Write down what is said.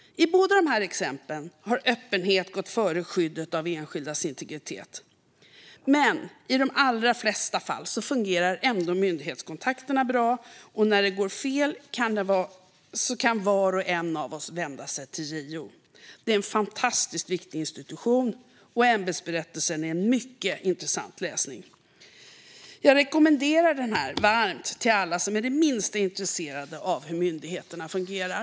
I båda de här exemplen har öppenhet gått före skyddet av enskildas integritet. Men i de allra flesta fall fungerar ändå myndighetskontakterna bra, och när det går fel kan var och en av oss vända sig till JO. Det är en fantastiskt viktig institution, och ämbetsberättelsen är en mycket intressant läsning. Jag rekommenderar den varmt till alla som är det minsta intresserade av hur myndigheterna fungerar.